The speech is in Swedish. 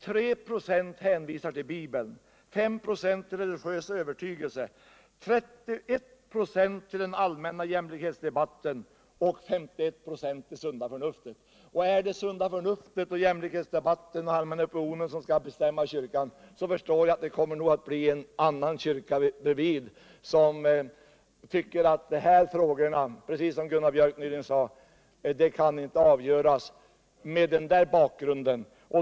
3 26 hänvisar till Bibeln, 5 96 till religiös övertygelse, 31 26 till den allmänna jämställdhetsdebatten och 31 26 till det sunda förnuftet. Om det är det sunda förnuftet, jämställdhetsdebatten och den allmänna opinionen som skall bestämma i kyrkan, förstår jag att det kommer att bildas en ny kyrka, bredvid den nuvarande, av dem som tycker att de här frågorna, precis som Gunnar Biörck i Värmdö sade, inte kan avgöras mot den bakgrunden.